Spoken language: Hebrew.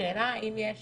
השאלה היא האם יש